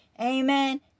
Amen